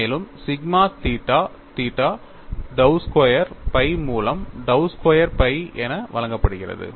மேலும் sigma theta theta dow square phi மூலம் dow square phi என வழங்கப்படுகிறது